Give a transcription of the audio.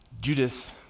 Judas